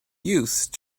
use